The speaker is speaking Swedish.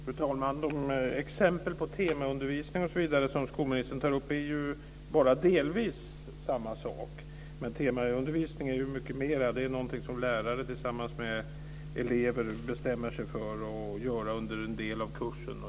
Fru talman! De exempel på temaundervisning osv. som skolministern tar upp är bara delvis samma sak. Temaundervisning är mycket mera. Det är något som lärare tillsammans med elever bestämmer sig för att göra under en del av kursen.